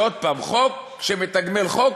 זה עוד פעם חוק שמתגמל חוק,